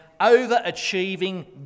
overachieving